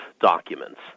documents